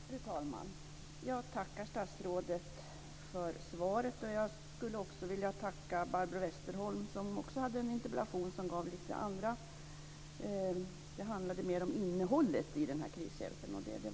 Fru talman! Jag tackar statsrådet för svaret. Jag skulle också vilja tacka Barbro Westerholm, vars interpellation mera handlade om innehållet i fråga om den här krishjälpen; det är bra.